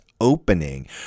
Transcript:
opening